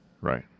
Right